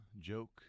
joke